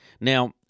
Now